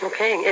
Okay